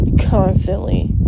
constantly